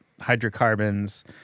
hydrocarbons